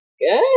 good